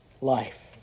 life